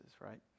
Right